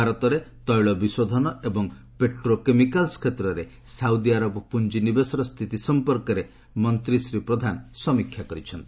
ଭାରତରେ ତୈଳ ବିଶୋଧନ ଏବଂ ପେଟ୍ରୋକେମିକାଲ୍ କ୍ଷେତ୍ରରେ ସାଉଦି ଆରବ ପୁଞ୍ଜି ନିବେଶର ସ୍ଥିତି ସଫପର୍କରେ ମନ୍ତ୍ରୀ ଶ୍ରୀ ପ୍ରଧାନ ସମୀକ୍ଷା କରିଛନ୍ତି